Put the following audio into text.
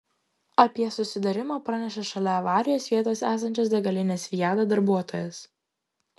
apie susidūrimą pranešė šalia avarijos vietos esančios degalinės viada darbuotojas